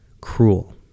cruel